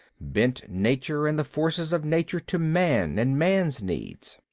bent nature and the forces of nature to man and man's needs.